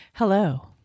Hello